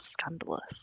scandalous